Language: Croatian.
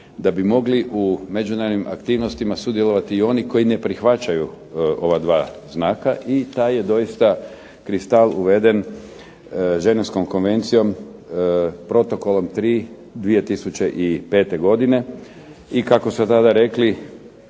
da bi mogli u međunarodnim aktivnostima sudjelovati oni koji ne prihvaćaju ova dva znaka i taj je doista kristal uveden Ženevskom konvencijom protokolom 3. 2005. godine i kako su tada rekli